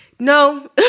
No